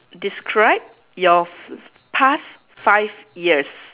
describe your f~ past five years